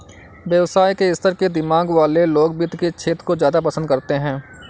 व्यवसाय के स्तर के दिमाग वाले लोग वित्त के क्षेत्र को ज्यादा पसन्द करते हैं